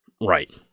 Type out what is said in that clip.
Right